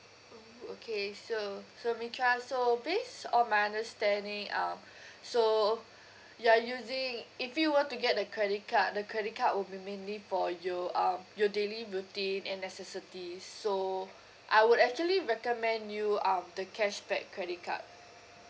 orh okay sure so mika so based on my understanding um so you are using if you were to get the credit card the credit card will be mainly for your um your daily routine and necessities so I would actually recommend you um the cashback credit card